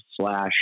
slash